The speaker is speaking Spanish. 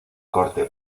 corte